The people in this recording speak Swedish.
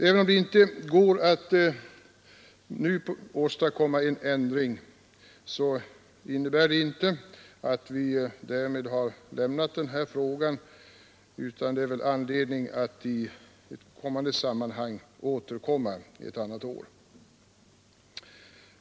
Även om det inte heller nu går att åstadkomma en ändring, så innebär det inte att vi därmed lämnar frågan, utan det blir väl anledning att återkomma ett annat år.